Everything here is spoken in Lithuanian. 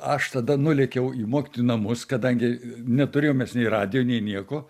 aš tada nulėkiau į mokytojų namus kadangi neturėjom mes nei radijo nei nieko